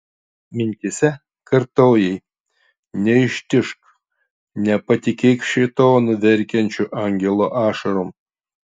mintyse kartojai neištižk nepatikėk šėtonu verkiančiu angelo ašarom